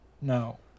No